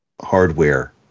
hardware